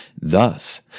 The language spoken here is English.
Thus